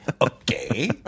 okay